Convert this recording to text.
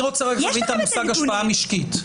אני רק רוצה להבין את המושג "השפעה משקית".